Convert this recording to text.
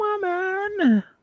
woman